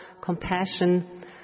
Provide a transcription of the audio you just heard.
compassion